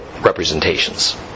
representations